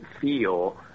feel